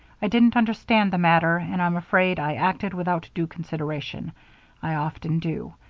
i didn't understand the matter, and i'm afraid i acted without due consideration i often do.